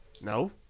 No